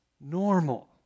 normal